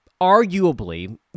arguably